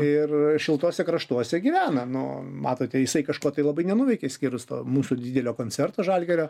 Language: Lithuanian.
ir šiltuose kraštuose gyvena nu matote jisai kažko labai nenuveikė išskyrus to mūsų didelio koncerto žalgirio